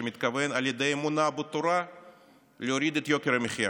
שמתכוון על ידי אמונה בתורה להוריד את יוקר המחיה.